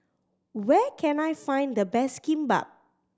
where can I find the best Kimbap